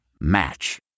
Match